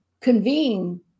convene